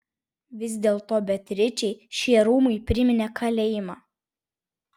vis dėlto beatričei šie rūmai priminė kalėjimą